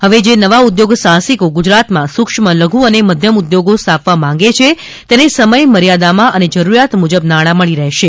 હવે જે નવાં ઉધોગસાહસિકો ગુજરાતમાં સૂક્મ્ખ લધુ અન મધ્યમ ઉધોગો સ્થાપવા માગે છે તેને સમયસમર્યાદામાં અને જરૂરીયાત મુજબ નાણાં મળી રહશે